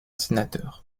sénateur